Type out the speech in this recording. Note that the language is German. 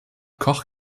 koch